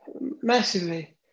Massively